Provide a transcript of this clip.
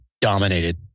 dominated